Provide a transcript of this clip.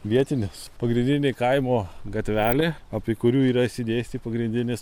vietinis pagrindinė kaimo gatvelė apie kurių yra išsidėstį pagrindinės